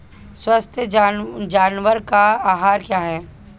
स्वस्थ जानवर का आहार क्या है?